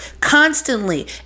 constantly